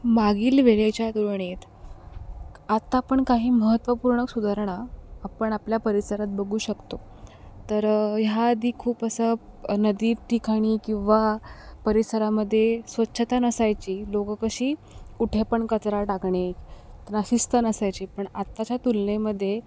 मागील वेळेच्या तुलनेत आत्ता पण काही महत्त्वपूर्ण सुधारणा आपण आपल्या परिसरात बघू शकतो तर ह्या आधी खूप असं नदी ठिकाणी किंवा परिसरामध्ये स्वच्छता नसायची लोक कशी कुठे पण कचरा टाकणे त्याला शिस्त नसायची पण आत्ताच्या तुलनेमध्ये